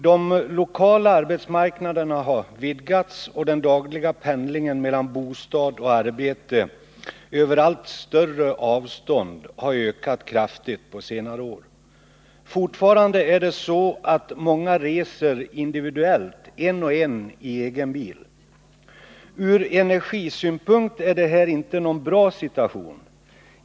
De lokala arbetsmarknaderna har vidgats, och den dagliga pendlingen mellan bostad och arbete över allt större avstånd har ökat kraftigt på senare år. Fortfarande är det så att många reser individuellt, en och en, i egen bil. Ur energisynpunkt är det här inte någon bra situation.